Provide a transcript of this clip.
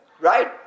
right